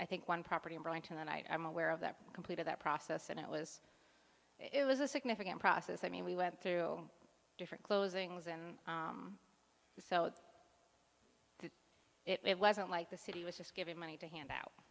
i think one property tonight i'm aware of that completed that process and it was it was a significant process i mean we went through different closings and so it wasn't like the city was just giving money to handout